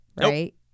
right